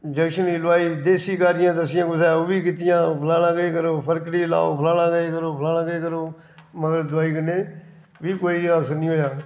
injection लोआए देसी कारी बी दस्सियां कुसै ओह् बी कीतियां फलाना किश करो फटकरी लाओ फलाना किश करो फलाना किश करो मगर दोआई कन्नै बी कोई असर नेईं होएआ